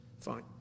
Fine